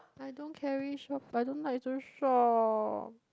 I don't carry shop but I don't like to shop